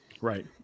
Right